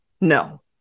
no